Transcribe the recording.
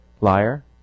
Liar